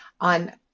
on